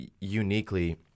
uniquely